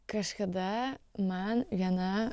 kažkada man viena